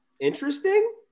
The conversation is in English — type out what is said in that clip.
interesting